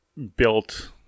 built